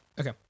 Okay